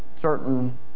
certain